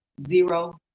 zero